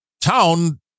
town